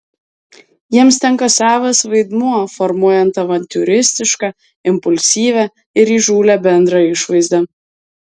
jiems tenka savas vaidmuo formuojant avantiūristišką impulsyvią ir įžūlią bendrą išvaizdą